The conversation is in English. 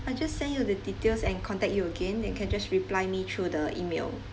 I'll just send you the details and contact you again you can just reply me through the email